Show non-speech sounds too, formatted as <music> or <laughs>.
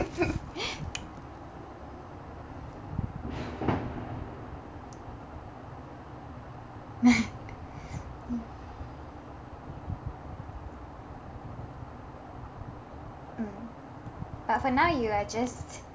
<laughs> uh for now you are just